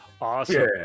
Awesome